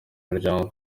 muryango